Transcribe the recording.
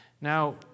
Now